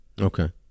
Okay